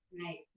Right